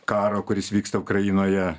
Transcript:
karo kuris vyksta ukrainoje